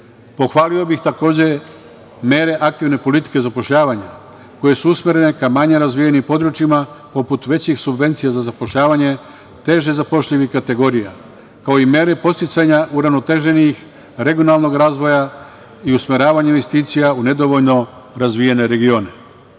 period. Pohvali bih takođe mere aktivne politike zapošljavanja koje su usmerene ka manje razvijenim područjima, poput većih subvencija za zapošljavanje, teže zapošljivih kategorija, kao i mere podsticanja uravnoteženih, regionalnog razvoja i usmeravanje investicija u nedovoljno razvijene regione. Osvrnuo